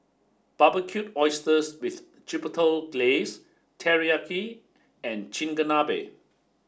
Barbecued Oysters with Chipotle Glaze Teriyaki and Chigenabe